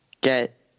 get